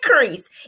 increase